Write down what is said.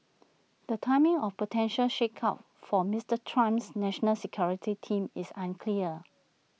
the timing of potential shakeup for Mister Trump's national security team is unclear